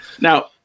now